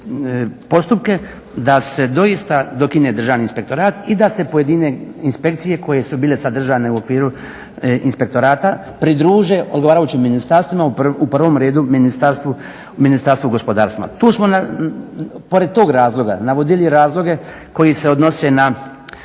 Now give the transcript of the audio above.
postupke da se doista dokine Državni inspektorat i da se pojedine inspekcije koje su bile sadržane u okviru Inspektorata pridruže odgovarajućim ministarstvima, u prvom redu Ministarstvu gospodarstva. Tu smo pored tog razloga navodili razloge koji se odnose na